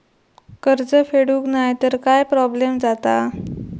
कर्ज फेडूक नाय तर काय प्रोब्लेम जाता?